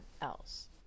else